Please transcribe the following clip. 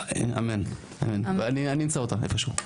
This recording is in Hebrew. נכון, אמן אני אמצא אותה איפה שהוא.